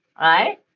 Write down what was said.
right